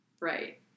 Right